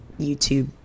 YouTube